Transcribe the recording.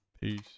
Peace